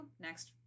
next